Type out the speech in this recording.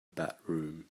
bedroom